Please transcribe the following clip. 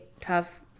tough